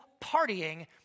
partying